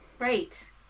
Right